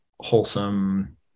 wholesome